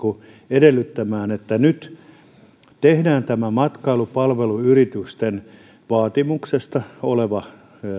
edellyttämään että nyt tehdään tämä matkailupalveluyritysten vaatimuksena oleva